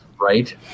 Right